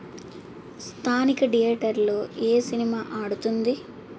స్థానిక థియేటర్లో ఏ సినిమా ఆడుతుంది